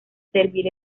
servir